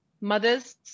mothers